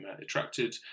attracted